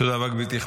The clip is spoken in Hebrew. תודה רבה, גברתי.